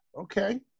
Okay